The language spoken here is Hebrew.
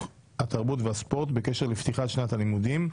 התרבות והספורט בקשר לפתיחת שנת הלימודים,